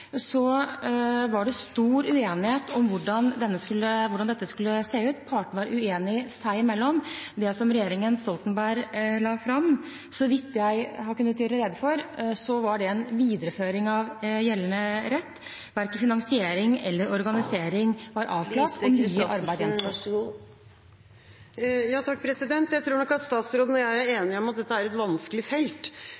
var at det var stor uenighet om hvordan dette skulle se ut – partene var uenige seg imellom. Det som regjeringen Stoltenberg la fram, var, så vidt jeg kan gjøre rede for det, en videreføring av gjeldende rett. Verken finansiering eller organisering var avklart – mye arbeid gjensto. Jeg tror nok at statsråden og jeg er